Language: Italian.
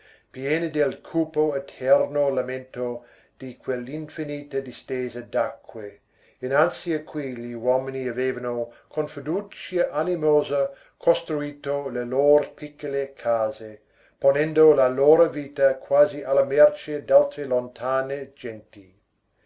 piena del cupo eterno lamento di quell'infinita distesa d'acque innanzi a cui gli uomini avevano con fiducia animosa costruito le lor piccole case ponendo la loro vita quasi alla mercé d'altre lontane genti